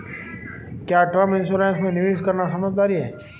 क्या term insurance में निवेश करना समझदारी है?